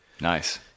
nice